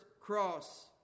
cross